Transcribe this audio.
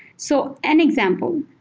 so an example,